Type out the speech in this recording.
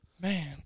Man